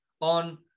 on